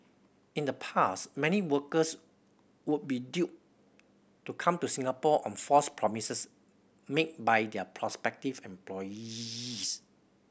in the past many workers would be duped to come to Singapore on false promises made by their prospective employees